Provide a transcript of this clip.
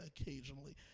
occasionally